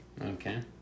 Okay